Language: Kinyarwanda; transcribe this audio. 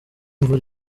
imvura